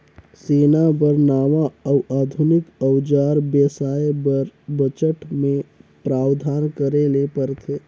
सेना बर नावां अउ आधुनिक अउजार बेसाए बर बजट मे प्रावधान करे ले परथे